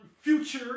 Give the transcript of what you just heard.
future